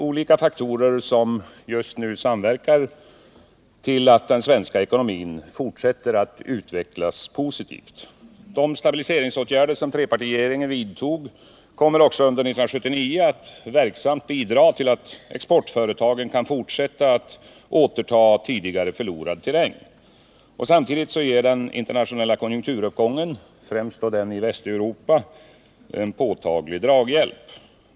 Olika faktorer samverkar just nu till att den svenska ekonomin fortsätter att utvecklas positivt. De stabiliseringsåtgärder som trepartiregeringen vidtog kommer också under 1979 att verksamt bidra till att exportföretagen kan fortsätta att återta tidigare förlorad terräng. Samtidigt ger den internationella konjunkturuppgången, främst den i Västeuropa, påtaglig draghjälp.